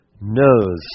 knows